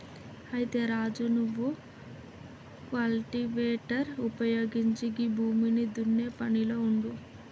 అయితే రాజు నువ్వు కల్టివేటర్ ఉపయోగించి గీ భూమిని దున్నే పనిలో ఉండు